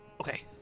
Okay